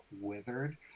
withered